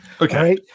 Okay